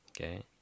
Okay